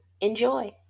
Enjoy